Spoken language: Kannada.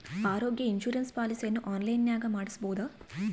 ಆರೋಗ್ಯ ಇನ್ಸುರೆನ್ಸ್ ಪಾಲಿಸಿಯನ್ನು ಆನ್ಲೈನಿನಾಗ ಮಾಡಿಸ್ಬೋದ?